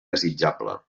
desitjable